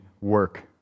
work